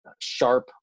sharp